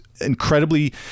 incredibly